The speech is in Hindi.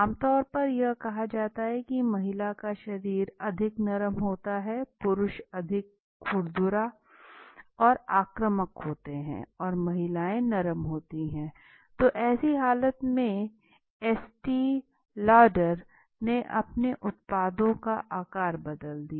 आम तौर पर यह कहा जाता है कि महिला का शरीर अधिक नरम होता है पुरुष अधिक खुरदरा और आक्रामक होते है और महिलाएं नरम होती हैं तो ऐसी हालत में एस्टी लॉडर ने अपने उत्पादों का आकार बदल दिया